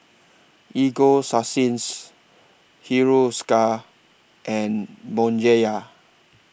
Ego Sunsense Hiruscar and Bonjela